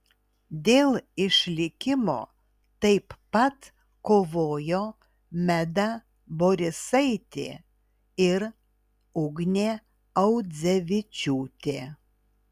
dėl išlikimo taip pat kovojo meda borisaitė ir ugnė audzevičiūtė